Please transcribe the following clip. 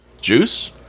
Juice